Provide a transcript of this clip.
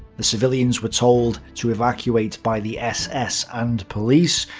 the civilians were told to evacuate by the ss and police,